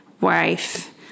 wife